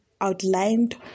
outlined